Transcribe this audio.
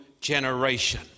generation